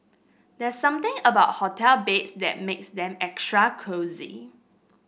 there's something about hotel beds that makes them extra cosy